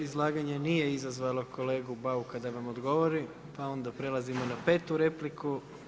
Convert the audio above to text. Vaše izlaganje nije izazvalo kolegu Bauka da vam odgovori pa onda prelazimo na 5.-tu repliku.